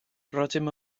rydym